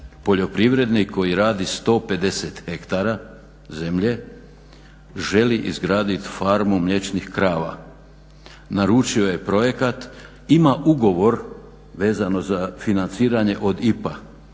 poljoprivrednik koji radi 150 hektara zemlje želi izgradit farmu mliječnih krava. Naručio je projekat, ima ugovor vezano za financiranje od IPA